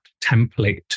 template